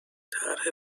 طرح